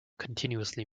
continuously